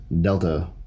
Delta